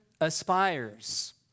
aspires